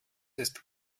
ist